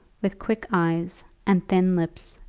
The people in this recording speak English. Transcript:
with quick eyes, and thin lips,